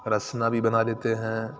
رسنا بھی بنا لیتے ہیں